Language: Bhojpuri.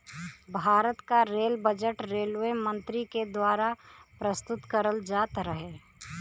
भारत क रेल बजट रेलवे मंत्री के दवारा प्रस्तुत करल जात रहे